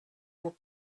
vous